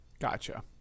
Gotcha